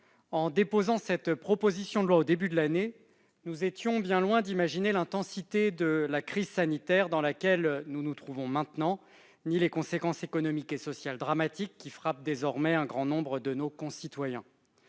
en déposant cette proposition de loi au début de l'année, nous étions bien loin d'imaginer l'intensité de la crise sanitaire dans laquelle nous nous trouvons aujourd'hui, ainsi que les conséquences économiques et sociales dramatiques qui frappent désormais un grand nombre de nos concitoyens.